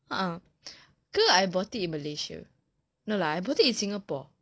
uh ke I bought it in malaysia no lah I bought it in singapore